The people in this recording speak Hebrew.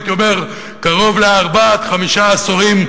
הייתי אומר קרוב לארבעה עד חמישה עשורים,